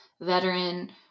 veteran